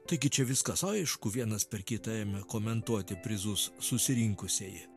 taigi čia viskas aišku vienas per kitą ėmė komentuoti prizus susirinkusieji